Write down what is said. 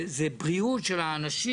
זה בריאות של האנשים.